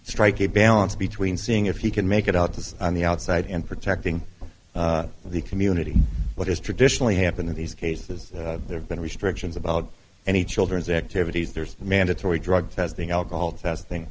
strike a balance between seeing if he can make it out to stay on the outside and protecting the community what has traditionally happened in these cases there have been restrictions about any children's activities there's mandatory drug testing alcohol testing